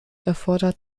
erfordert